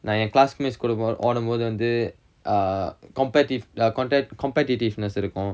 நா என்:na en classmates கூட ஓடும்போது வந்து:kooda odumpothu vanthu err competiv~ contact~ competitiveness இருக்கும்:irukkum